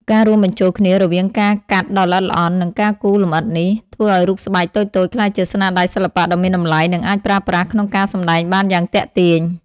ការរួមបញ្ចូលគ្នារវាងការកាត់ដ៏ល្អិតល្អន់ និងការគូរលម្អិតនេះ ធ្វើឱ្យរូបស្បែកតូចៗក្លាយជាស្នាដៃសិល្បៈដ៏មានតម្លៃ និងអាចប្រើប្រាស់ក្នុងការសម្ដែងបានយ៉ាងទាក់ទាញ។